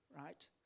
right